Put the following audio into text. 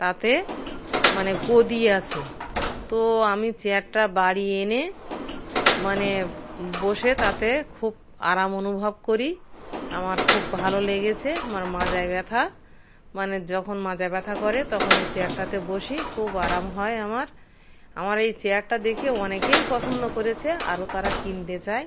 তাতে মানে গদি আছে তো আমি চেয়ারটা বাড়ি এনে মানে বসে তাতে খুব আরাম অনুভব করি আমার খুব ভালো লেগেছে আমার মাজায় ব্যথা মানে যখন মাজা ব্যথা করে তখন ওই চেয়ারটাতে বসি খুব আরাম হয় আমার আমার এই চেয়ারটা দেখে অনেকেই পছন্দ করেছে আরও তারা কিনতে চায়